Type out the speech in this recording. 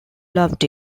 loved